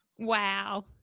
wow